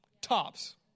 Tops